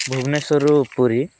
ଭୁବନେଶ୍ୱର ରୁ ପୁରୀ